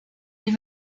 les